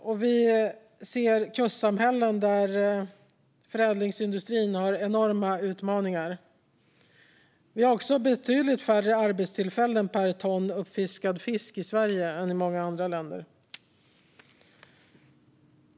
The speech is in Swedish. Förädlingsindustrin i vissa kustsamhällen har enorma utmaningar. Antalet arbetstillfällen per ton uppfiskad fisk är betydligt mindre i Sverige än i många andra länder.